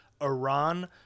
iran